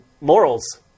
morals